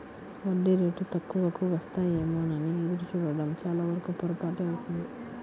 వడ్డీ రేటు తక్కువకు వస్తాయేమోనని ఎదురు చూడడం చాలావరకు పొరపాటే అవుతుంది